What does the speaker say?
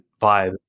vibe